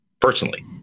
personally